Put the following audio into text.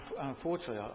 unfortunately